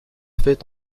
fait